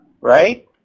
right